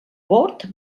bord